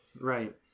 right